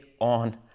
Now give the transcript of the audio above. on